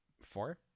Four